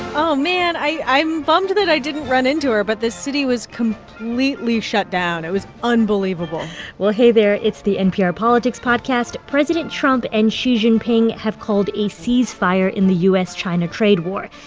oh, man. i'm bummed that i didn't run into her, but the city was completely shut down. it was unbelievable well, hey, there. it's the npr politics podcast. president trump and xi jinping have called a cease-fire in the u s china trade war.